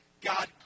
God